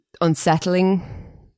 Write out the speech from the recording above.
unsettling